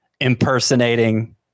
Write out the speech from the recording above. impersonating